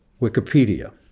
Wikipedia